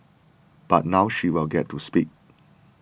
but now she will get to speak